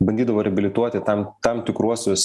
bandydavo reabilituoti tam tam tikruosius